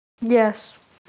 Yes